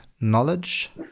knowledge